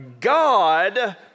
God